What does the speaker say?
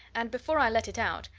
and before i let it out,